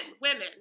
women